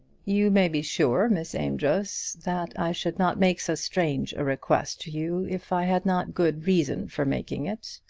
you may be sure, miss amedroz, that i should not make so strange a request to you if i had not good reason for making it.